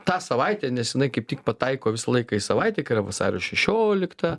tą savaitę nes jinai kaip tik pataiko visą laiką į savaitę kai yra vasario šešiolikta